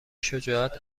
شجاعت